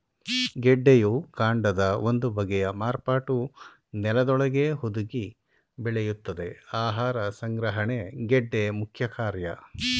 ಗೆಡ್ಡೆಯು ಕಾಂಡದ ಒಂದು ಬಗೆಯ ಮಾರ್ಪಾಟು ನೆಲದೊಳಗೇ ಹುದುಗಿ ಬೆಳೆಯುತ್ತದೆ ಆಹಾರ ಸಂಗ್ರಹಣೆ ಗೆಡ್ಡೆ ಮುಖ್ಯಕಾರ್ಯ